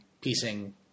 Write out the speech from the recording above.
piecing